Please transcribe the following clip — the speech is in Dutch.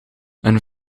een